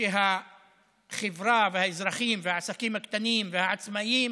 ושהחברה והאזרחים והעסקים הקטנים והעצמאים